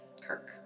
kirk